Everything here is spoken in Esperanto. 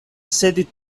sed